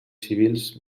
civils